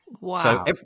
Wow